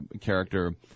character